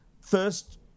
first